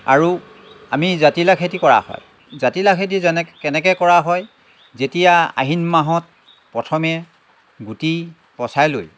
আৰু আমি জাতিলাও খেতি কৰা হয় জাতিলাও খেতি যেনে কেনেকৈ কৰা হয় যেতিয়া আহিন মাহত প্ৰথমে গুটি পচাই লৈ